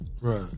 Right